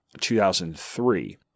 2003